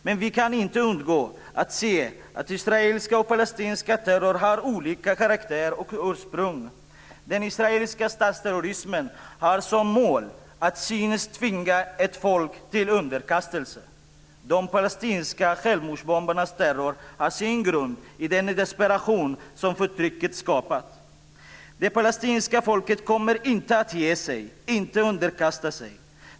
Men vi kan inte undgå att se att israelisk och palestinsk terror har olika karaktär och ursprung. Den israeliska statsterrorismen har som mål att cyniskt tvinga ett folk till underkastelse. De palestinska självmordsbombarnas terror har sin grund i den desperation som förtrycket skapat. Det palestinska folket kommer inte att ge sig, inte att underkasta sig.